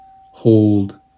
Hold